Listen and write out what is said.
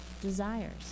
desires